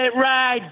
ride